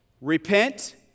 repent